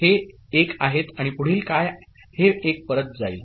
हे 1 आहेत आणि पुढील काय हे 1 परत जाईल